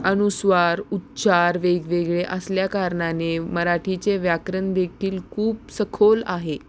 अनुस्वार उच्चार वेगवेगळे असल्याकारणाने मराठीचे व्याकरण देखील खूप सखोल आहे